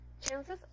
Chances